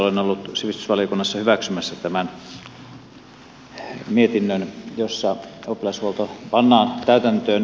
olen ollut sivistysvaliokunnassa hyväksymässä tämän mietinnön jossa oppilashuolto pannaan täytäntöön